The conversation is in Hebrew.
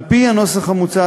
על-פי הנוסח המוצע,